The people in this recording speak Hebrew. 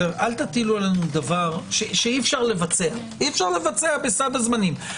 אל תטילו עלינו דבר שאי אפשר לבצע בסד הזמנים.